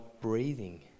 breathing